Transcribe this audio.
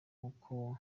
kuko